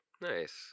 Nice